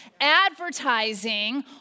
advertising